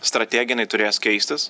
strategija jinai turės keistis